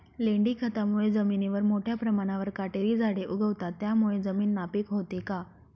लेंडी खतामुळे जमिनीवर मोठ्या प्रमाणावर काटेरी झाडे उगवतात, त्यामुळे जमीन नापीक होते का?